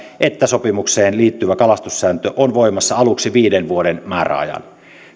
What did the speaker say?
että sopimukseen liittyvä kalastussääntö on voimassa aluksi viiden vuoden määräajan